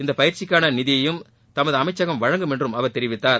இந்த பயிற்சிக்கான நிதியையும் தமது அமைச்சகம் வழங்கும் என்றும் அவர் தெரிவித்தார்